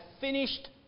finished